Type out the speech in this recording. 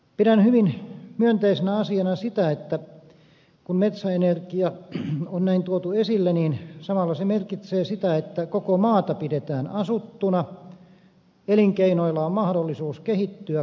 pidän hyvin myönteisenä asiana sitä että kun metsäenergia on näin tuotu esille niin samalla se merkitsee sitä että koko maata pidetään asuttuna elinkeinoilla on mahdollisuus kehittyä kautta koko maan